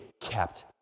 kept